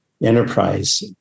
Enterprise